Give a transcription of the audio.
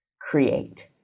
create